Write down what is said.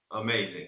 amazing